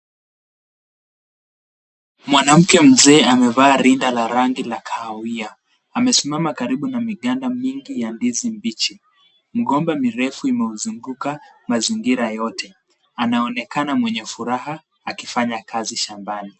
Mwanamke mzee amevaa rinda la rangi la kahawia. Amesimama karibu na miganda mingi ya ndizi mbichi. Migomba mirefu imeunzunguka mazingira yote. Anaonekana mwenye furaha akifanya kazi shambani.